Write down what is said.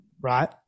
right